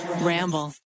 Ramble